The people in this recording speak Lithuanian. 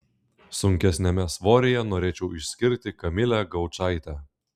sunkesniame svoryje norėčiau išskirti kamilę gaučaitę